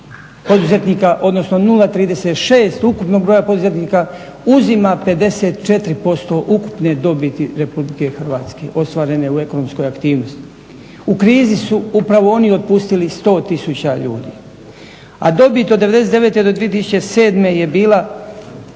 poduzetnika odnosno 0,36 ukupnog broja poduzetnika uzima 54% ukupne dobiti RH ostvarene u ekonomskoj aktivnosti. U krizi su upravo oni otpustili 100 tisuća ljudi a dobit od 99.-2007.je bila